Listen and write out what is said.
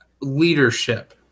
leadership